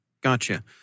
Gotcha